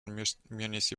municipality